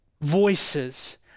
voices